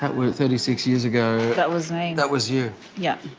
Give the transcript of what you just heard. were thirty six years ago. that was me. that was you. yeah.